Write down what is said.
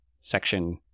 section